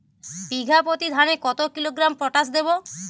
বিঘাপ্রতি ধানে কত কিলোগ্রাম পটাশ দেবো?